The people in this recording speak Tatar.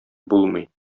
булмый